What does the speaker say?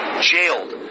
jailed